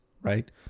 right